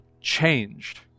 changed